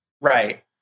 Right